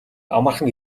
амархан